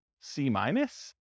C-minus